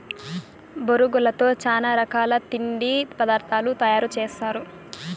బొరుగులతో చానా రకాల తిండి పదార్థాలు తయారు సేస్తారు